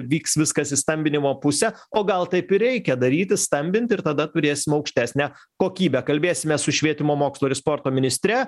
vyks viskas į stambinimo pusę o gal taip ir reikia daryti stambinti ir tada turėsim aukštesnę kokybę kalbėsime su švietimo mokslo ir sporto ministre